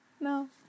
no